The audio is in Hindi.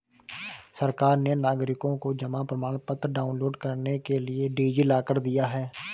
सरकार ने नागरिकों को जमा प्रमाण पत्र डाउनलोड करने के लिए डी.जी लॉकर दिया है